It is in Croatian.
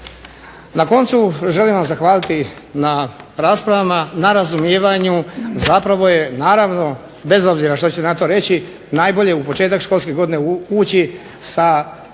Na koncu želim vam zahvaliti na raspravama, na razumijevanju, zapravo je naravno bez obzira što ćete na to reći najbolje u početak školske godine ući sa